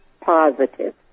positive